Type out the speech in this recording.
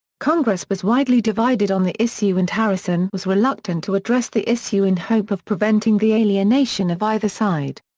congress was widely divided on the issue and harrison was reluctant to address the issue in hope of preventing the alienation of either side.